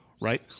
right